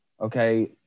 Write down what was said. okay